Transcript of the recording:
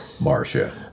marcia